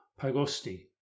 pagosti